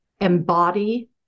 embody